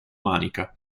manica